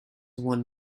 one